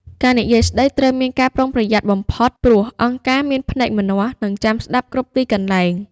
ការនិយាយស្តីត្រូវមានការប្រុងប្រយ័ត្នបំផុត ព្រោះ "អង្គការមានភ្នែកម្នាស់" នៅចាំស្ដាប់គ្រប់ទីកន្លែង។